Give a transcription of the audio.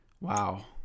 Wow